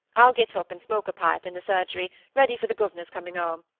i'll get up, and smoke a pipe in the surgery ready for the governor's coming home.